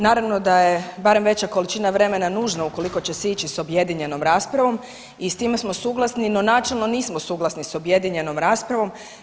Naravno da je, barem veća količina vremena nužna ukoliko će se ići s objedinjenom raspravom i s time smo suglasni no načelno nismo suglasni s objedinjenom raspravom.